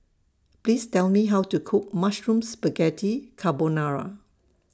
Please Tell Me How to Cook Mushroom Spaghetti Carbonara